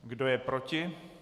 Kdo je proti?